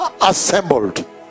assembled